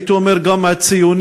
הייתי אומר גם הציוני-הדתי,